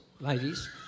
ladies